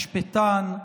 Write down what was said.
משפטן,